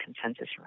consensus